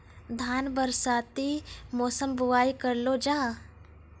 धान बरसाती मौसम बुवाई करलो जा?